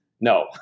No